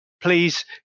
please